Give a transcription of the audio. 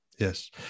Yes